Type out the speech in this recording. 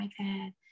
iPad